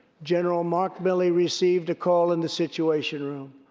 general mark milley, received a call in the situation room.